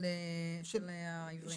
של העיוורים.